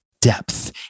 depth